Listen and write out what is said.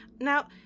Now